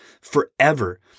forever